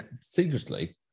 secretly